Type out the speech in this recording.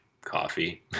coffee